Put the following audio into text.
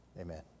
amen